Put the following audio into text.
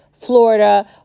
Florida